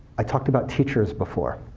i talked about teachers before.